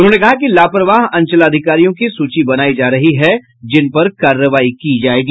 उन्होंने कहा कि लापरवाह अंचलाधिकारियों की सूची बनायी जा रही है जिन पर कार्रवाई की जायेगी